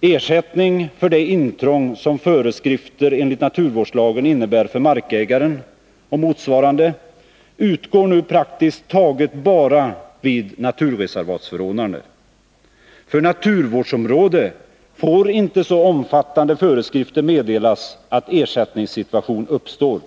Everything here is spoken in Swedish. Ersättning för det intrång som föreskrifterna enligt naturvårdslagen innebär för markägare — och motsvarande — utgår nu praktiskt taget bara vid naturreservatsförordnande. För naturvårdsområde får inte så omfattande föreskrifter meddelas att ersättningssituation uppstår.